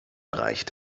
reicht